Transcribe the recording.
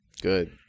Good